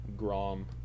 Grom